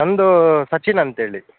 ನನ್ನದು ಸಚಿನ್ ಅಂತೇಳಿ